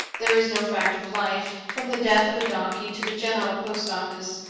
there is no fact of life, from the death of a donkey to the general post office,